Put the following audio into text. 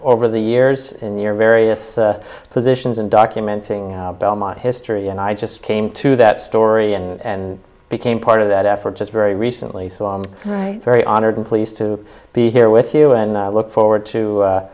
over the years in your various positions and documenting belmont history and i just came to that story and became part of that effort just very recently so i'm very honored and pleased to be here with you and i look forward to a